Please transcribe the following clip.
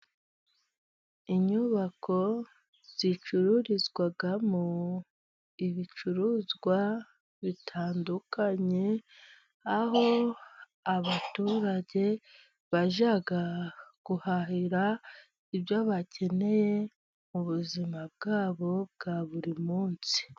Inyubako zicururizwamo ibicuruzwa bitandukanye, aho abaturage bajya guhahira ibyo bakeneye mu buzima bwabo bwa buri munsi.